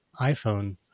iPhone